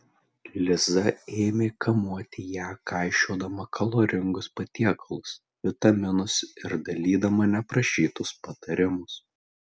liza ėmė kamuoti ją kaišiodama kaloringus patiekalus vitaminus ir dalydama neprašytus patarimus